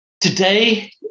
Today